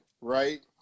right